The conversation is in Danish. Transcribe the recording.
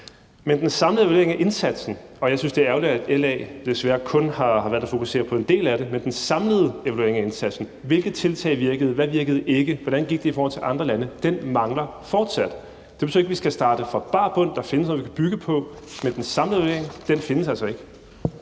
den samlede evaluering af indsatsen – og jeg synes, det er ærgerligt, at LA desværre kun har valgt at fokusere på en del af den – for den samlede evaluering af indsatsen, hvilke tiltag der har virket, hvad der ikke virkede, hvordan det gik i forhold til andre lande, mangler fortsat. Det betyder ikke, at vi skal starte på bar bund, for der findes noget, vi kan bygge på, men den samlede evaluering findes altså ikke.